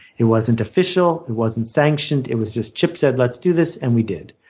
it wasn't official, it wasn't sanctioned. it was just chip said let's do this, and we did.